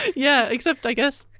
yeah, except, i guess,